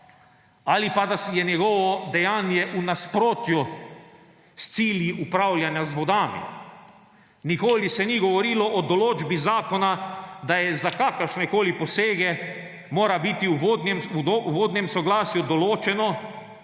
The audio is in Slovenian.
ali pa da je njegovo dejanje v nasprotju s cilji upravljanja z vodami. Nikoli se ni govorilo o določbi zakona, da za kakršnekoli posege morajo biti v vodnem soglasju določeni